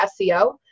SEO